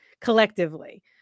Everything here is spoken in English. collectively